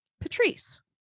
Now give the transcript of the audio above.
Patrice